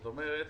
זאת אומרת,